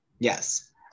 Yes